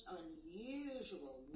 unusual